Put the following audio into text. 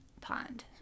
pond